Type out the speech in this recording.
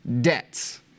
debts